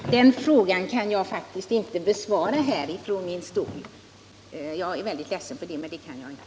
Herr talman! Den frågan kan jag faktiskt inte besvara här från min stol. Jag är väldigt ledsen för att jag inte kan det.